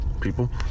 people